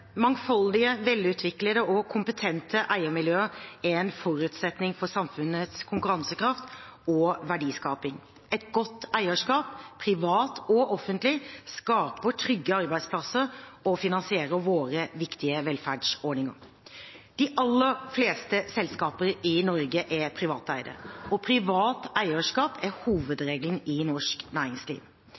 Mangfoldige, velutviklede og kompetente eiermiljøer er en forutsetning for samfunnets konkurransekraft og verdiskaping. Et godt eierskap – privat og offentlig – skaper trygge arbeidsplasser og finansierer våre viktige velferdsordninger. De aller fleste selskaper i Norge er privateide, og privat eierskap er hovedregelen i norsk næringsliv.